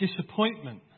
disappointment